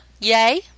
Yay